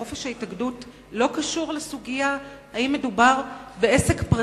חופש ההתאגדות לא קשור לסוגיה האם מדובר בעסק פרטי,